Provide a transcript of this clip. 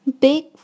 Big